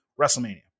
WrestleMania